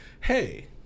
hey